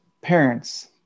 parents